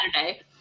Saturday